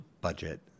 budget